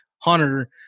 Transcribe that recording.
Hunter